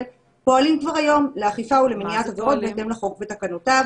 פועלים כבר היום לאכיפה ולמניעת עבירות בהתאם לחוק ולתקנותיו.